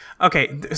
Okay